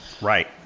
Right